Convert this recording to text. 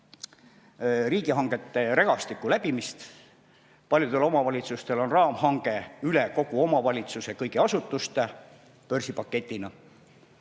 riigihangete rägastiku läbimist. Paljudel omavalitsustel on raamhange üle kogu omavalitsuse kõigi asutuste, börsipaketina.